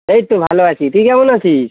এই তো ভালো আছি তুই কেমন আছিস